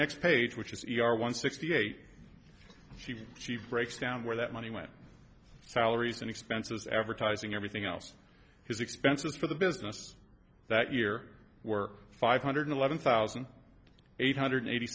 next page which is c r one sixty eight she she breaks down where that money went salaries and expenses advertising everything else his expenses for the business that year were five hundred eleven thousand eight hundred eighty